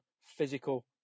physical